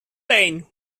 pain